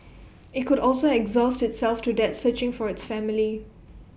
IT could also exhaust itself to death searching for its family